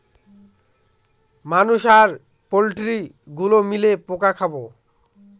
মানুষ আর পোল্ট্রি গুলো মিলে পোকা খাবো